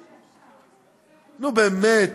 נו, באמת.